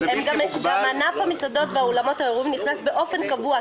גם ענף המסעדות ואולמות האירועים נכנס באופן קבוע,